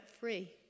free